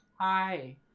Hi